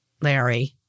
Larry